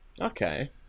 Okay